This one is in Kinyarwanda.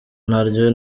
naryo